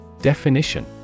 Definition